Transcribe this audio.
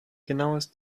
genaues